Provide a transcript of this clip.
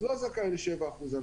לא זכאי ל-7% הנחה,